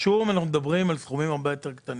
השום זה סכומים הרבה יותר קטנים,